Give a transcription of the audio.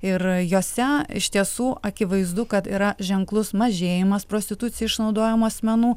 ir jose iš tiesų akivaizdu kad yra ženklus mažėjimas prostitucijai išnaudojamų asmenų